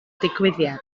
digwyddiad